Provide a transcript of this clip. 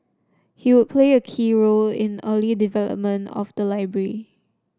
he would play a key role in the early development of the library